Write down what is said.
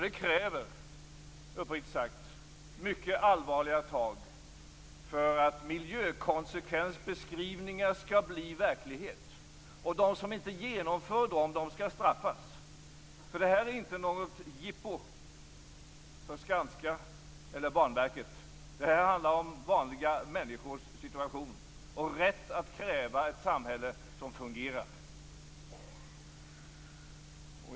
Det krävs, uppriktigt sagt, mycket allvarliga tag för att miljökonsekvensbeskrivningar skall bli verklighet, och de som inte genomför dem skall straffas. Det här är inte något jippo för Skanska eller Banverket, utan det handlar om vanliga människors situation och rätt att kräva ett samhälle som fungerar.